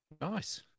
Nice